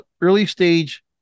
early-stage